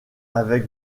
avec